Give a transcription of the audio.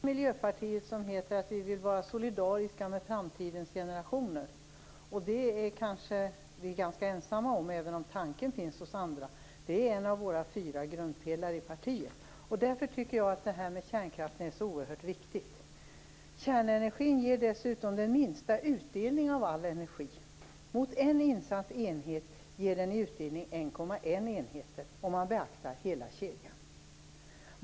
Herr talman! Vi i Miljöpartiet vill vara solidariska med framtidens generationer, och det är vi kanske ensamma om, även om tanken kan finnas hos andra. Detta är en av partiets fyra grundpelare. Därför tycker vi att detta med kärnkraften är så oerhört viktigt. Kärnenergin ger dessutom den minsta utdelningen av all energi. Mot en insatt enhet ger kärnenergin i utdelning 1,1 enheter, om man beaktar hela kedjan.